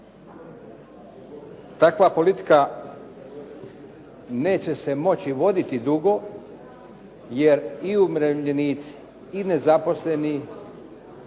Takva politika neće se moći voditi dugo jer i umirovljenici i nezaposleni